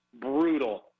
brutal